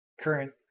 current